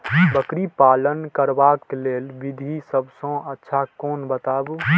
बकरी पालन करबाक लेल विधि सबसँ अच्छा कोन बताउ?